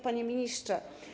Panie Ministrze!